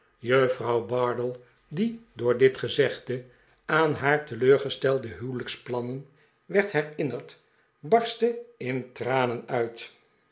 juffrouw bardell die door dit gezegde aan haar teleurgestelde huwelijksplarmen werd herinnerd barstte in tranen uit